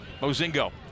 Mozingo